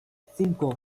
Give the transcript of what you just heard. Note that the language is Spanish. cinco